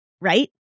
right